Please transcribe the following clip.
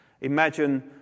Imagine